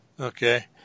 Okay